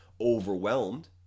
overwhelmed